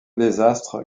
désastre